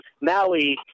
Maui